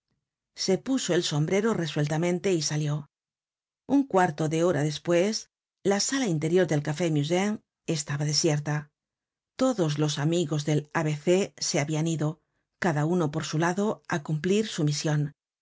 se puso el sombrero resueltamente y salió un cuarto de hora despues la sala interior del café musain estaba desierta todos los amigos del a b c se habian ido cada uno por su lado á cumplir su mision